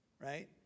right